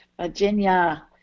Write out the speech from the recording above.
Virginia